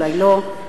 אולי לא.